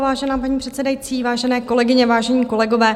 Vážená paní předsedající, vážené kolegyně, vážení kolegové.